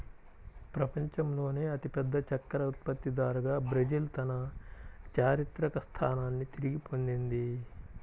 ప్రపంచంలోనే అతిపెద్ద చక్కెర ఉత్పత్తిదారుగా బ్రెజిల్ తన చారిత్రక స్థానాన్ని తిరిగి పొందింది